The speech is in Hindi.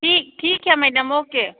ठीक ठीक है मैडम ओके